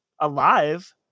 alive